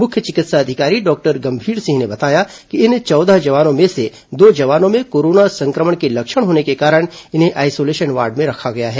मुख्य चिकित्सा अधिकारी डॉक्टर गंभीर सिंह ने बताया कि इन चौदह जवानों में से दो जवानों में कोरोना संक्रमण के लक्षण होने के कारण इन्हें आईसोलेशन वार्ड में रखा गया है